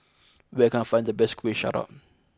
where can I find the best Kuih Syara